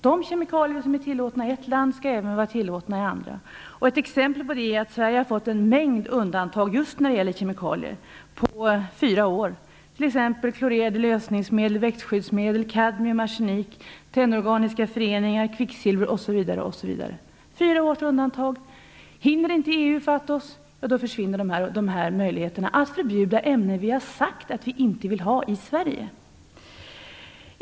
De kemikalier som är tillåtna i ett land skall även vara tillåtna i andra. Ett exempel på det är att Sverige har fått en mängd undantag på fyra år när det gäller kemikalier. Det gäller t.ex. klorerade lösningsmedel, växtskyddsmedel, kadmium, arsenik, tennorganiska föreningar, kvicksilver osv. Vi har fått fyra års undantag. Om EU inte hinner ifatt oss försvinner möjligheterna att förbjuda ämnen som vi har sagt att vi inte vill ha i Sverige.